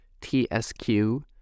TSQ